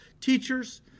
teachers